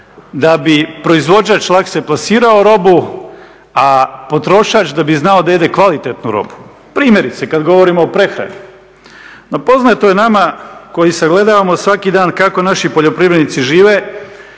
da bi proizvođač lakše plasirao robu, a potrošač da bi znao da … kvalitetnu robu. Primjerice kad govorimo o prehrani. No poznato je nama koji se gledamo svaki dan kako naši poljoprivrednici žive,